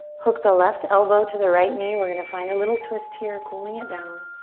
hook the left elbow to the right knee, we're gonna find a little twist to your cooling it down.